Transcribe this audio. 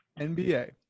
NBA